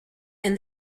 and